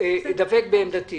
אני דבק בעמדתי